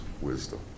wisdom